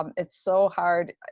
um it's so hard,